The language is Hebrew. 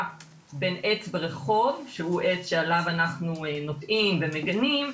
בין עץ ברחוב שהוא עץ שעליו אנחנו נוטעים ומגינים,